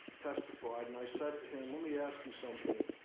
testified. and i said to him, let me ask you something.